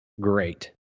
great